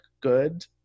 good